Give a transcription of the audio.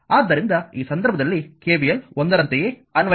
ಆದ್ದರಿಂದ ಈ ಸಂದರ್ಭದಲ್ಲಿ KVL 1 ರಂತೆಯೇ ಅನ್ವಯಿಸಿ